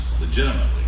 legitimately